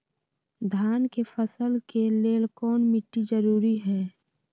धान के फसल के लेल कौन मिट्टी जरूरी है?